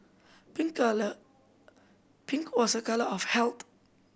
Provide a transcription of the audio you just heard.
pink colour pink was a colour of health